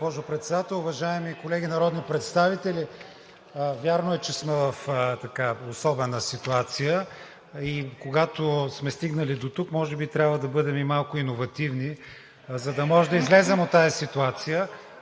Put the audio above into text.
госпожо Председател. Уважаеми колеги народни представители! Вярно е, че сме в особена ситуация и когато сме стигнали дотук, може би трябва да бъдем и малко иновативни, за да може да излезем от тази ситуация.